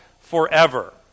forever